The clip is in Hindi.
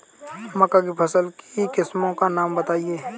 मक्का की फसल की किस्मों का नाम बताइये